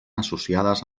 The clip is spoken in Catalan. associades